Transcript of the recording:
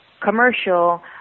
commercial